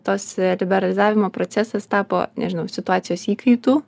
tas liberalizavimo procesas tapo nežinau situacijos įkaitu